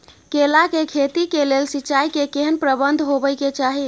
केला के खेती के लेल सिंचाई के केहेन प्रबंध होबय के चाही?